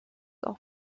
auch